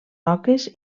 roques